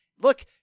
Look